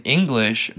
English